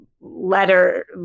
letter